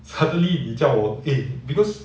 suddenly 你叫我 eh because